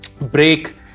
break